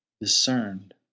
discerned